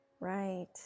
Right